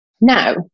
Now